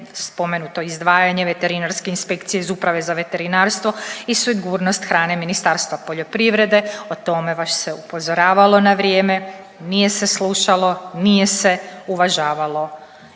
spomenuto izdvajanje veterinarske inspekcije iz Uprave za veterinarstvo i sigurnost hrane Ministarstva poljoprivrede, o tome vas se upozoravalo na vrijeme, nije se slušalo, nije se uvažalo